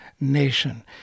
nation